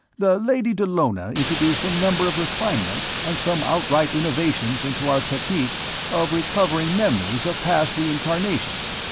the lady dallona introduced a number of refinements and some outright innovations into our technique of recovering memories of past reincarnations.